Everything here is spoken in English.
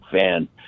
fan